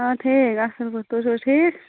آ ٹھیٖک اَصٕل پٲٹھۍ تُہۍ چھُو حظ ٹھیٖک